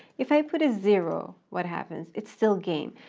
if i put a zero, what happens? it's still game.